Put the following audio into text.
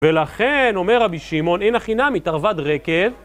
ולכן, אומר רבי שמעון, אין הכי נמי תרווד רקב